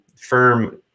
firm